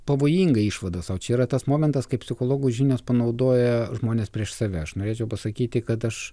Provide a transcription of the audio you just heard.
pavojinga išvada sau čia yra tas momentas kai psichologų žinias panaudoja žmonės prieš save aš norėčiau pasakyti kad aš